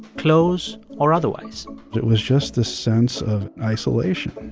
close or otherwise it was just the sense of isolation.